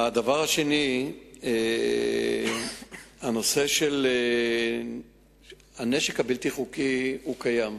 הדבר השני, הנושא של הנשק הבלתי-חוקי קיים,